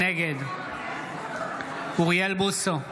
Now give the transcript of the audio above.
נגד אוריאל בוסו,